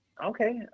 okay